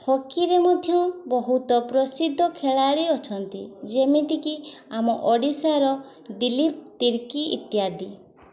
ହକିରେ ମଧ୍ୟ ବହୁତ ପ୍ରସିଦ୍ଧ ଖେଳାଳି ଅଛନ୍ତି ଯେମିତିକି ଆମ ଓଡ଼ିଶାର ଦିଲ୍ଲୀପ ତିର୍କି ଇତ୍ୟାଦି